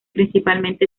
principalmente